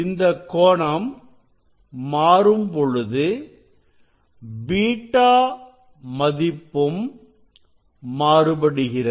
இந்தக் கோணம் மாறும் பொழுது β மதிப்பும் மாறுபடுகிறது